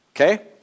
Okay